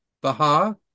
Baha